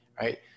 Right